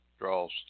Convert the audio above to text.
draws